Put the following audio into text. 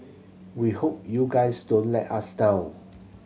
we hope you guys don't let us down